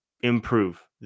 improve